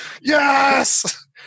yes